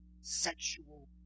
sexual